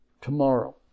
tomorrow